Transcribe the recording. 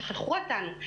שכחו אותנו,